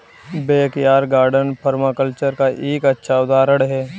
backyard garden permaculture का एक अच्छा उदाहरण हैं